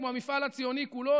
כמו המפעל הציוני כולו,